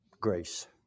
Grace